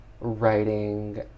writing